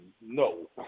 No